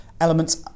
elements